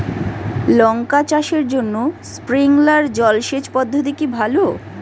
লঙ্কা চাষের জন্য স্প্রিংলার জল সেচ পদ্ধতি কি ভালো?